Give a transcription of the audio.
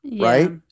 right